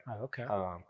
okay